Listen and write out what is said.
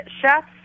chefs